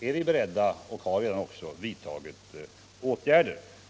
är vi beredda att vidta åtgärder och har också redan gjort det.